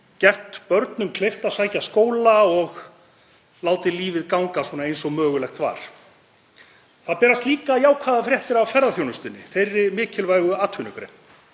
gert börnum kleift að sækja skóla og látið lífið ganga svona eins og mögulegt var. Það berast líka jákvæðar fréttir af ferðaþjónustunni, þeirri mikilvægu atvinnugrein.